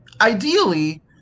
ideally